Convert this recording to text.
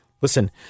Listen